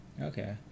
Okay